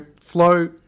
flow